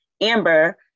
amber